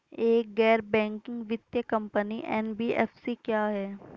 एक गैर बैंकिंग वित्तीय कंपनी एन.बी.एफ.सी क्या है?